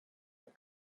what